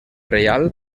reial